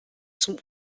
zum